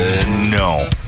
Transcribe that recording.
No